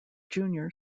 junior